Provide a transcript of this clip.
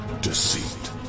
deceit